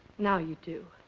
now you do.